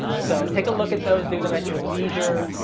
so take a look at those. do them at your leisure.